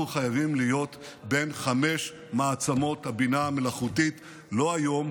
אנחנו חייבים להיות בין חמש מעצמות הבינה המלאכותית לא היום,